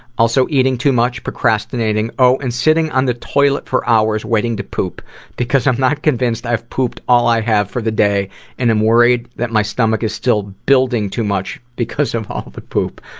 also eating too much, procrastinating, oh, and sitting on the toilet for hours waiting to poop because i'm not convinced i have pooped all i have for the day and am worried that my stomach is still building too much because of all the ah poop.